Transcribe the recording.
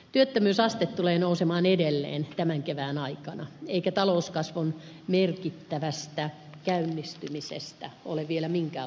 työttömyysaste tulee nousemaan edelleen tämän kevään aikana eikä talouskasvun merkittävästä käynnistymisestä ole vielä minkäänlaista varmuutta